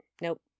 Nope